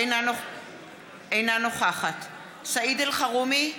אינה נוכחת סעיד אלחרומי,